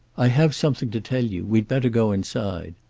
i have something to tell you. we'd better go inside.